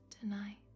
tonight